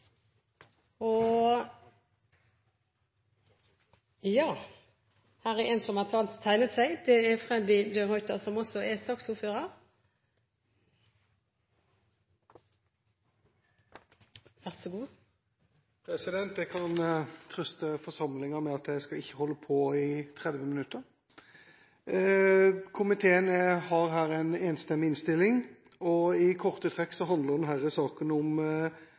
og Hordaland fylkeskommune ville ha vært meget misfornøyd med. Replikkordskiftet er omme. Flere har ikke bedt om ordet til sak nr. 3. Jeg kan trøste forsamlingen med at jeg ikke skal holde på i 30 minutter. Komiteen har her en enstemmig innstilling, og i korte trekk handler denne saken om